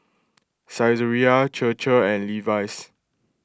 Saizeriya Chir Chir and Levi's